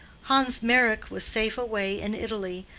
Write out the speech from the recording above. hans meyrick was safe away in italy,